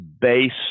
base